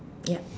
yup